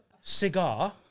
cigar